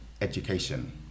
Education